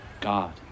God